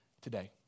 today